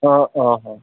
ᱚᱼᱦᱚ